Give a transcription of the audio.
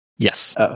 Yes